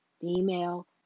female